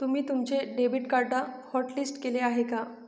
तुम्ही तुमचे debit card hotlist केले आहे का?